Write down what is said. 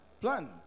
plan